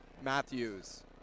Matthews